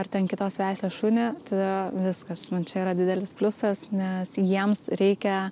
ar ten kitos veislės šunį tada viskas man čia yra didelis pliusas nes jiems reikia